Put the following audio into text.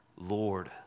Lord